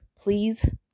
please